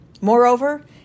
Moreover